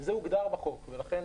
זה הוגדר בחוק ולכן,